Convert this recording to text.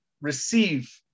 receive